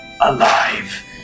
alive